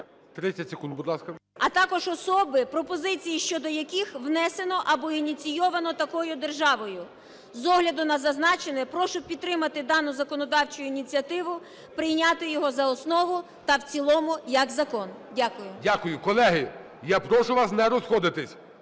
30 секунд, будь ласка. ЛУЦЕНКО І.С. …а також особи, пропозиції щодо яких внесено або ініційовано такою державою. З огляду на зазначене прошу підтримати дану законодавчу ініціативу, прийняти його за основу та в цілому як закон. Дякую. ГОЛОВУЮЧИЙ. Дякую. Колеги, я прошу вас не розходитися.